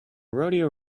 rodeo